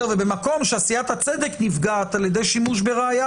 ובמקום שעשיית הצדק נפגעת על ידי שימוש בראיה